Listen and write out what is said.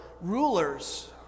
rulers